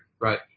Right